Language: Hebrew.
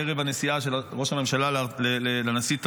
ערב הנסיעה של ראש הממשלה לנשיא טראמפ,